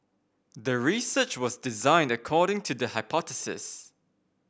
the research was designed according to the hypothesis